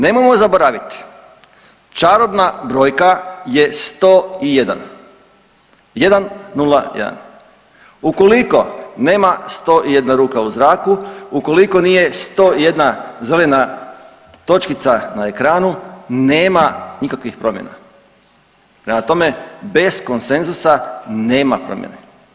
Nemojmo zaboraviti čarobna brojka je 101, jedan, nula, jedan, ukoliko nema 101 ruka u zraku, ukoliko nije 101 zelena točkica na ekranu nema nikakvih promjena, prema tome bez konsenzusa nema promjene.